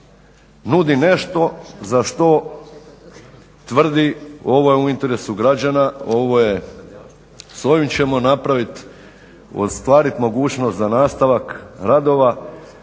nudi nešto za što tvrdi ovo je u interesu građana, ovo je, s ovim ćemo napravit ostvarit mogućnost za nastavak radova,